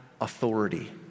authority